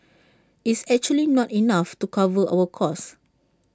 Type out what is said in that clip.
is actually not enough to cover our cost